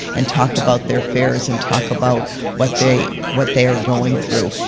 and talk about their fears and talk about what they what they are going through.